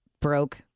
broke